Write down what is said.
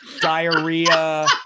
diarrhea